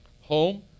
home